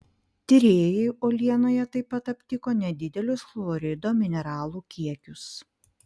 tyrėjai uolienoje taip pat aptiko nedidelius chlorido mineralų kiekius